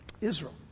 Israel